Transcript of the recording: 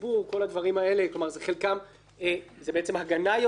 כל הדברים האלה כלומר זה הגנה יותר,